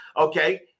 okay